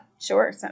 sure